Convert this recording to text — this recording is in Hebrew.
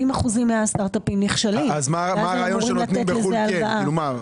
70% מהסטארט אפים נכשלים, אז למה לתת להם הלוואה?